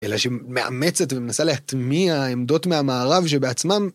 אלא שמאמצת ומנסה להטמיע עמדות מהמערב שבעצמן...